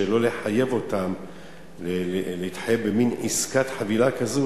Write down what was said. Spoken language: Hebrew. שלא לחייב אותם להתחייב במין עסקת חבילה כזאת,